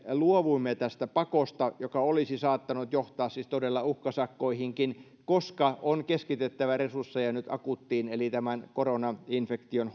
luovuimme tästä pakosta joka olisi saattanut johtaa siis todella uhkasakkoihinkin koska on keskitettävä resursseja nyt akuuttiin eli tämän koronainfektion